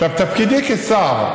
תפקידי כשר,